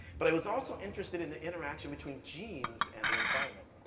but i was also interested in the interaction between genes and the environment.